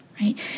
right